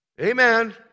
Amen